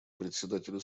председателю